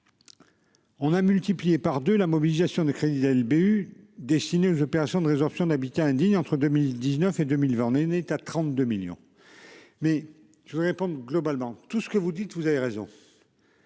On a multiplié par 2. La mobilisation de crédit LBU. Destiné aux opérations de résorption de l'habitat indigne, entre 2019 et 2000 n'est à 32 millions. Mais je voudrais globalement tout ce que vous dites, vous avez raison.--